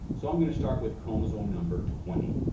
so i'm gonna start with chromosome number twenty.